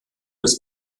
des